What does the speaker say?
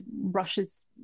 Russia's